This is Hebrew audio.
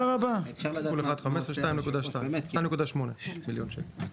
כפול 0.15 מוביל אותנו לסכום צנוע של 369,600